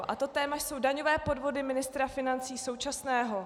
A to téma jsou daňové podvody ministra financí současného.